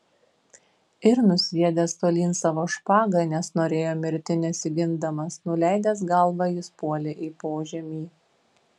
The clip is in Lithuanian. ir nusviedęs tolyn savo špagą nes norėjo mirti nesigindamas nuleidęs galvą jis puolė į požemį